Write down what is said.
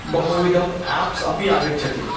बहुविधं याप्स् अपि आगच्छति